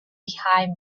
behind